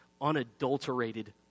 unadulterated